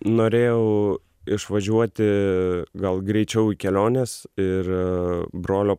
norėjau išvažiuoti gal greičiau į keliones ir brolio